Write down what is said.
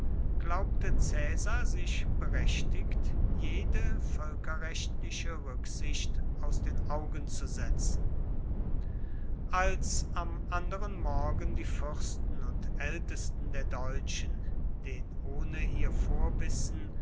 glaubte caesar sich berechtigt jede völkerrechtliche rücksicht aus den augen zu setzen als am anderen morgen die fürsten und ältesten der deutschen den ohne ihr vorwissen